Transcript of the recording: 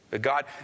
God